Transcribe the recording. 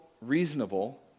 reasonable